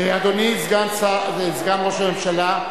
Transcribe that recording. אדוני סגן ראש הממשלה,